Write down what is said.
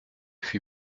fut